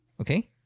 Okay